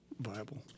viable